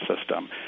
system